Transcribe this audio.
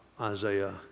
Isaiah